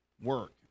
work